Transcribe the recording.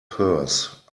purse